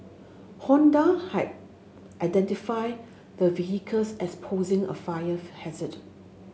Honda had identified the vehicles as posing a fire hazard